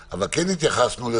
ואם אנחנו משווים את זה